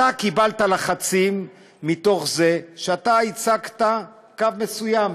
אתה קיבלת לחצים מתוך זה שאתה הצגת קו מסוים,